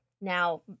Now